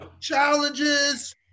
Challenges